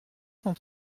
cent